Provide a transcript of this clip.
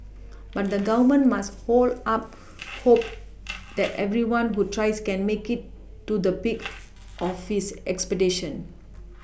but the Government must up hope that everyone who tries can make it to the peak of his expectation